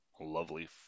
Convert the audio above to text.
Lovely